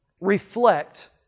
reflect